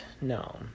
no